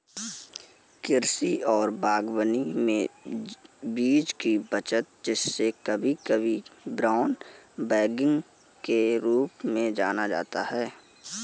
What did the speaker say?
कृषि और बागवानी में बीज की बचत जिसे कभी कभी ब्राउन बैगिंग के रूप में जाना जाता है